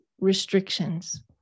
restrictions